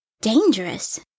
dangerous